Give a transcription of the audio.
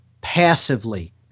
passively